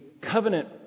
covenant